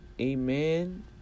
Amen